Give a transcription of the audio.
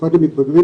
במיוחד במתבגרים,